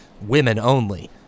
women-only